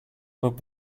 but